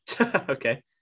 Okay